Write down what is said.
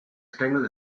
stängel